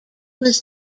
was